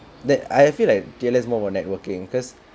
that I feel like T_L_S more for networking cause